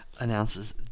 announces